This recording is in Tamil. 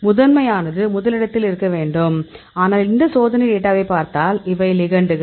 முதன்மையானது முதலிடத்தில் இருக்க வேண்டும் ஆனால் இந்த சோதனைத் டேட்டாவைப் பார்த்தால் இவை லிகெண்டுகள்